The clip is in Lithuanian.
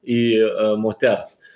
į moters